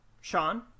Sean